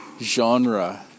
genre